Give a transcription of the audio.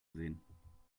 sehen